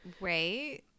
Right